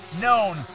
known